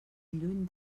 lluny